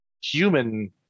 human